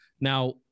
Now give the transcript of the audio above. Now